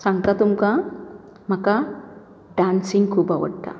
सांगता तुमकां म्हाका डांसिंग खूब आवडटा